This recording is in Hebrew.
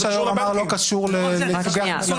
מה זה קשור לבנקים?